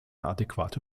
adäquate